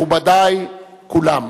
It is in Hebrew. מכובדי כולם,